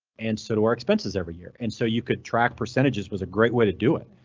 and so do our expenses every year. and so you could track percentages was a great way to do it.